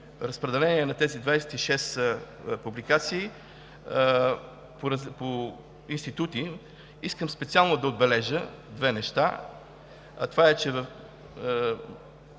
разпределение на тези 26 публикации по институти. Искам специално да отбележа две неща: имаме